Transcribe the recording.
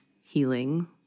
healing